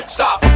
Stop